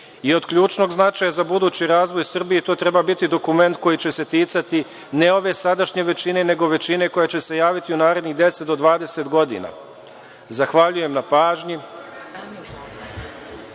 i od ključnog značaja za razvoj Srbije, to treba biti dokument koji će se ticati ne ove sadašnje većine, nego većine koja će se javiti u narednih 10 do 20 godina. Zahvaljujem na pažnji.